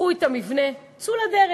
קחו את המבנה, צאו לדרך.